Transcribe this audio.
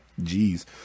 Jeez